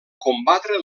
combatre